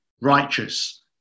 righteous